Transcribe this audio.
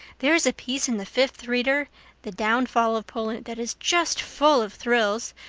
there is a piece in the fifth reader the downfall of poland' that is just full of thrills.